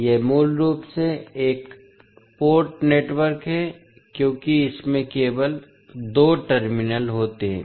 यह मूल रूप से एक पोर्ट नेटवर्क है क्योंकि इसमें केवल दो टर्मिनल होते हैं